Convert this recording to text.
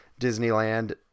Disneyland